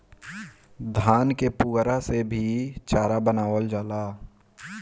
धान के पुअरा से भी चारा बनावल जाला